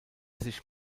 sich